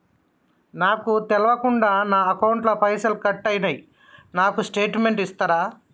నాకు తెల్వకుండా నా అకౌంట్ ల పైసల్ కట్ అయినై నాకు స్టేటుమెంట్ ఇస్తరా?